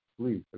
please